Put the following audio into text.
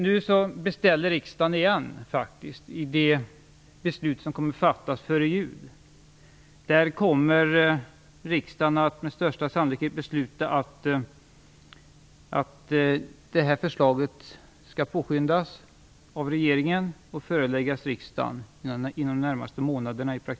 Nu beställer riksdagen återigen ett förslag, i det beslut som kommer att fattas före jul. Där kommer riksdagen, med största sannolikhet, att besluta att detta förslag skall påskyndas av regeringen och föreläggas riksdagen, i praktiken inom de närmaste månaderna.